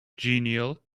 genial